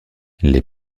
les